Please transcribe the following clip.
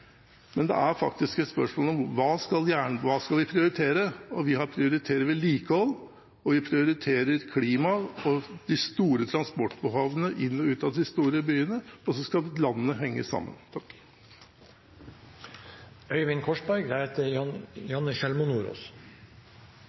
men det er faktisk et spørsmål om hva vi skal prioritere. Vi prioriterer vedlikehold, og vi prioriterer klima og de store transportbehovene inn til og ut av de store byene. Og så skal landet henge sammen.